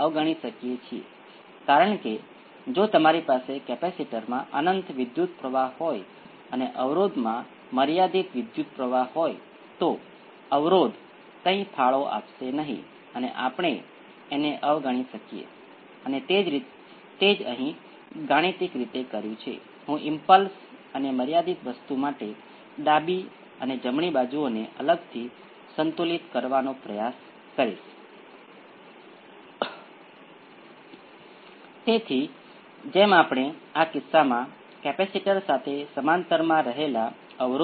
આપણે જાણીએ છીએ કે જ્યારે સિસ્ટમ તેના પોતાના નેચરલ રિસ્પોન્સ દ્વારા સંચાલિત થાય છે ત્યારે output form A 1 A 2 t × exponential p 1 t ની બહાર હશે જે આ t દ્વારા ગુણાકારમાં તે સમયના વધારા સાથે વધશે